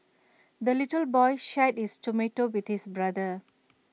the little boy shared his tomato with his brother